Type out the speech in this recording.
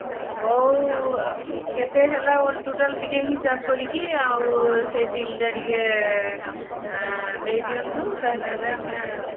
ହେଉ କେତେ ହେଲା ଟୋଟାଲ୍ ଟିକେ ହିସାବ କରିକି ଆଉ ସେ ବିଲ୍ଟା ଟିକେ ଦେଇ ଦିଅନ୍ତୁ ତାହେଲେ ଆମେ